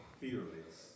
fearless